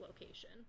location